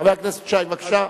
חבר הכנסת שי, בבקשה.